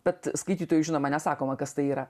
bet skaitytojui žinoma nesakoma kas tai yra